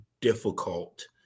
difficult